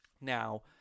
Now